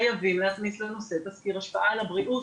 חייבים להכניס לנושא תזכיר השפעה על הבריאות.